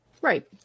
Right